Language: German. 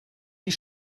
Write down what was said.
die